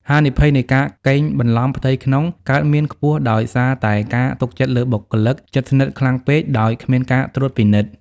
ហានិភ័យនៃ "ការកេងបន្លំផ្ទៃក្នុង" កើតមានខ្ពស់ដោយសារតែការទុកចិត្តលើបុគ្គលិកជិតស្និទ្ធខ្លាំងពេក ដោយគ្មានការត្រួតពិនិត្យ។